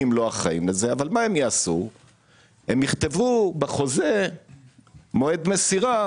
הם יכתבו בחוזה מועד מסירה